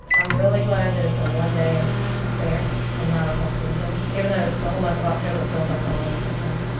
i'm really glad that it's a one day affair and not a whole season. even though the whole month of october feels like halloween sometimes.